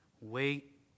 wait